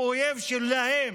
הוא אויב שלהם.